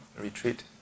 retreat